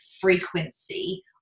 frequency